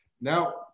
Now